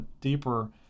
deeper